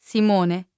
Simone